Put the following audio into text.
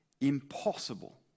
Impossible